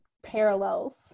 parallels